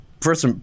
first